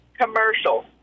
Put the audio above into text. commercial